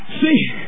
See